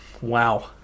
Wow